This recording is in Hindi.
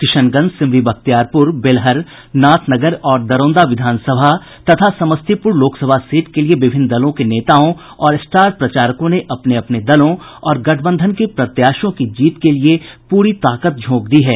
किशनगंज सिमरी बख्तियारपुर बेलहर नाथनगर और दरौंदा विधानसभा तथा समस्तीपुर लोकसभा सीट के लिए विभिन्न दलों के नेताओं और स्टार प्रचारकों ने अपने अपने दलों और गठबंधन के प्रत्याशियों की जीत के लिए पूरी ताकत झोंक दी है